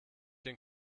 den